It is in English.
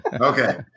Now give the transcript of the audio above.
Okay